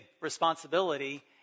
responsibility